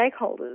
stakeholders